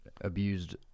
abused